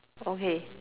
okay